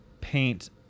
paint